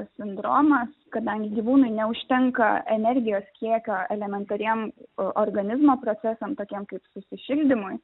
sindromas kadangi gyvūnui neužtenka energijos kiekio elementariem organizmo procesam tokiem kaip susišildymui